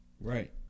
Right